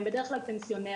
הם בדרך כלל פנסיונרים,